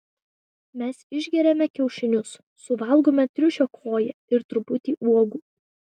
mes išgeriame kiaušinius suvalgome triušio koją ir truputį uogų